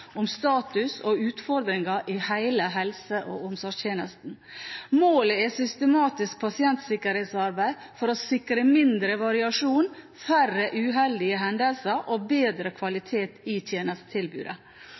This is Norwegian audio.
om status og utfordringer i hele helse- og omsorgstjenesten. Målet er systematisk pasientsikkerhetsarbeid for å sikre mindre variasjon, færre uheldige hendelser og bedre